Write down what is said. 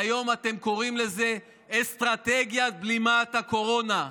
היום אתם קוראים לזה: אסטרטגיית בלימת הקורונה.